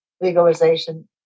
legalization